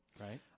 Right